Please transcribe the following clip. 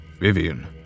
vivian